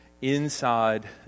inside